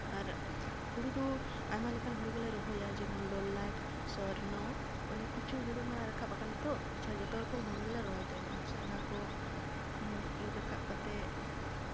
ᱟᱨ ᱦᱩᱲᱩ ᱫᱚ ᱟᱭᱢᱟ ᱞᱮᱠᱟᱱ ᱦᱩᱲᱩ ᱜᱮᱞᱮ ᱨᱚᱦᱚᱭᱟ ᱡᱮᱢᱚᱱ ᱞᱚᱞᱟᱴ ᱥᱚᱨᱱᱚ ᱚᱱᱠᱮᱠ ᱠᱤᱪᱷᱩ ᱦᱩᱲᱩ ᱢᱟ ᱨᱟᱠᱟᱵᱽ ᱟᱠᱟᱱ ᱱᱤᱛᱚᱜ ᱟᱪᱪᱷᱟ ᱡᱚᱛᱚ ᱨᱚᱠᱚᱢ ᱦᱩᱲᱩ ᱜᱮᱞᱮ ᱨᱚᱦᱚᱭ ᱛᱟᱦᱮᱱᱟ ᱟᱪᱪᱷᱟ ᱚᱱᱟ ᱠᱚ ᱤᱨ ᱨᱟᱠᱟᱵᱽ ᱠᱟᱛᱮᱜ